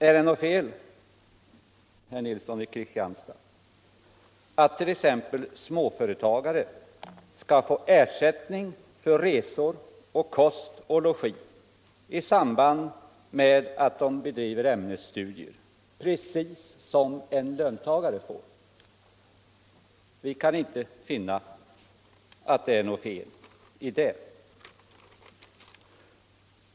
Är det något fel, herr Nilsson i Kristianstad, att t.ex. småföretagare får ersättning för resor, kost och logi i samband med att de bedriver ämnesstudier, precis som en löntagare får? Vi kan inte finna att det är något fel i det.